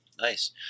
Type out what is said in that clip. Nice